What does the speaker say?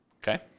okay